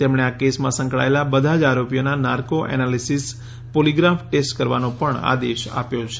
તેમણે આ કેસમાં સંકળાયેલા બધા જ આરોપીઓના નાર્કો એનાલિસીસ પોલીગ્રાફ ટેસ્ટ કરવાનો પણ આદેશ આપ્યો છે